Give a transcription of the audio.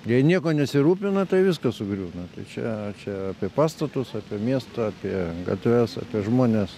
jei nieko nesirūpina tai viskas sugriūna tai čia čia apie pastatus apie miestą apie gatves apie žmones